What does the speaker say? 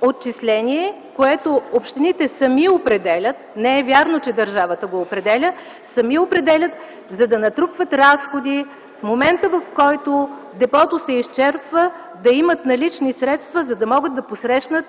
отчисление, което общините сами определят. Не е вярно, че държавата го определя. Общините сами определят, за да натрупват разходи. В момента, в който депото се изчерпва, да имат налични средства, за да могат да посрещнат